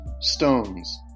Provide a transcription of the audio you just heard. stones